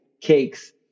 cakes